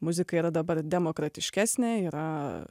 muzika yra dabar demokratiškesnė yra